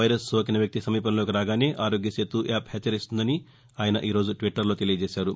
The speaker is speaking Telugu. వైరస్ సోకిన వ్యక్తి సమీపంలోకి రాగానే ఆరోగ్యసేతు యాప్ హెచ్చరిస్తుందని ఆయన ఈ రోజు ట్వీట్ చేశారు